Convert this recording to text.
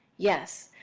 yes,